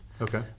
Okay